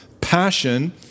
Passion